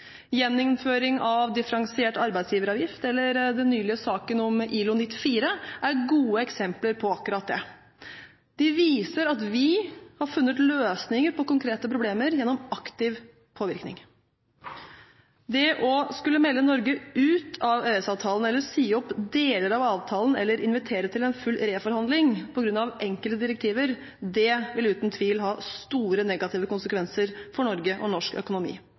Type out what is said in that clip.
gjeninnføring av differensiert arbeidsgiveravgift eller den nylige saken om ILO 94 er gode eksempler på akkurat det. De viser at vi har funnet løsninger på konkrete problemer gjennom aktiv påvirkning. Det å melde Norge ut av EØS-avtalen, si opp deler av avtalen eller invitere til en full reforhandling på grunn av enkelte direktiver vil uten tvil ha store negative konsekvenser for Norge og norsk økonomi.